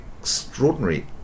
extraordinary